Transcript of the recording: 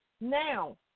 Now